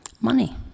Money